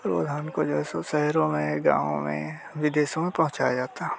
और वह धान को जैसे शहरों में गाँवों में विदेशों में पहुँचाया जाता है